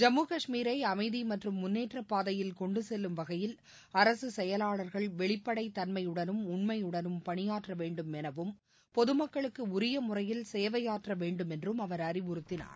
ஜம்மு காஷ்மீரை அளமதி மற்றும் முன்னேற்றப் பாதையில் கொண்டு செல்லும் வகையில் அரசு செயலாளர்கள் வெளிப்படை தன்மையுடலும் உன்மையுடலும் பணியாற்றவேண்டும் எனவும் பொதுமக்களுக்கு உரிய முறையில் சேவையாற்ற வேண்டும் என்றும் அவர் அறிவுறுத்தினார்